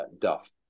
Duff